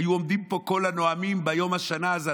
היו עומדים פה כל הנואמים ביום השנה הזה,